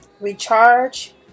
recharge